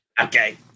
Okay